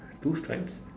two stripes